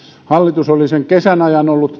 hallitus oli sen kesän ajan ollut